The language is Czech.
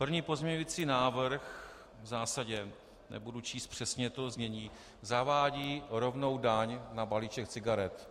První pozměňovací návrh v zásadě nebudu číst přesně to znění zavádí rovnou daň na balíček cigaret.